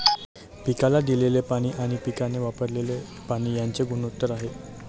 पिकाला दिलेले पाणी आणि पिकाने वापरलेले पाणी यांचे गुणोत्तर आहे